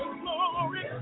glory